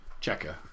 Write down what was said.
checker